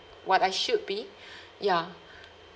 what I should be ya